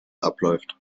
abläuft